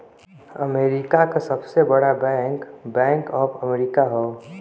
America क सबसे बड़ा बैंक बैंक ऑफ अमेरिका हौ